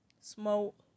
smoke